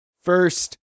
first